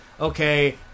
okay